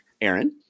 Aaron